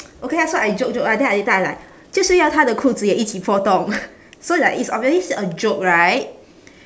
okay lah so I joke joke ah then later I like 就是要她的裤子也一起破洞 so like it's obviously s~ a joke right